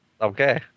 Okay